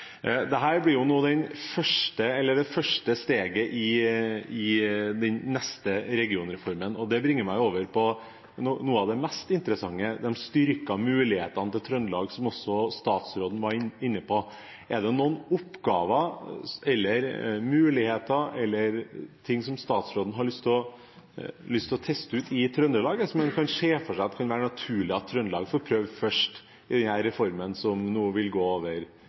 det første steget i den neste regionreformen, og det bringer meg over til noe av det mest interessante: de styrkede mulighetene til Trøndelag, som også statsråden var inne på. Er det noen oppgaver, muligheter eller ting som statsråden har lyst til å teste ut i Trøndelag, som han ser for seg er naturlig at Trøndelag får prøvd først i denne reformen, som nå vil gå over